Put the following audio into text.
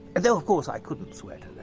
and though of course, i couldn't swear